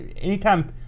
Anytime